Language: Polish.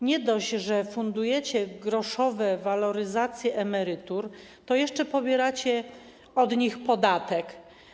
Nie dość, że fundujecie groszowe waloryzacje emerytur, to jeszcze pobieracie od nich podatek.